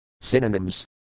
Synonyms